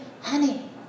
Honey